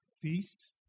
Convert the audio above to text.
feast